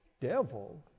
Devil